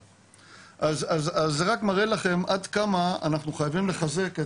זה רק מראה לכם עד כמה אנחנו חייבים לחזק את